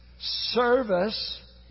service